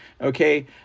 okay